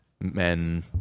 men